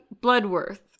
Bloodworth